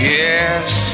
yes